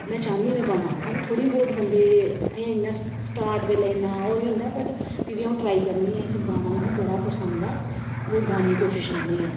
में चाहन्नीं में बनांऽ पर थोह्ड़े बहोत बंदे ऐहीं इ'न्ना स्टार्ट बैल्ले इ'न्ना ओह् निं होंदा ऐ वट् भी बी अ'ऊं ट्राई करनी आं इक गाना मिगी बड़ा पसंद ऐ ओह् गाने ई कोशिश करनी आं